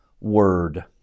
word